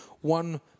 one